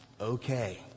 okay